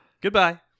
Goodbye